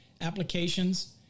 applications